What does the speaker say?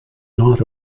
not